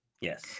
Yes